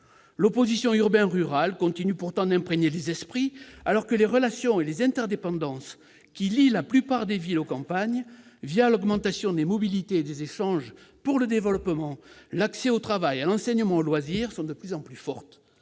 L'opposition entre urbain et rural continue pourtant d'imprégner les esprits, alors que les relations et les interdépendances, qui lient la plupart des villes aux campagnes l'augmentation des mobilités et des échanges pour le développement, l'accès au travail, à l'enseignement ou aux loisirs, sont de plus en plus fortes.